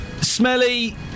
smelly